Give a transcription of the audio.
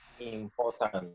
important